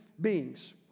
beings